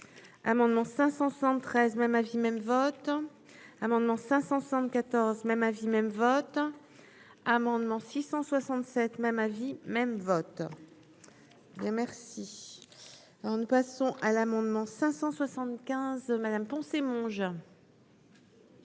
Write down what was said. amendement 573 même avis même votre amendement 574 même avis même votre amendement 667 même avis même vote. Les merci alors, nous passons à l'amendement 575 madame Poncet mon.